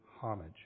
homage